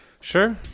Sure